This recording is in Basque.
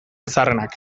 zaharrenak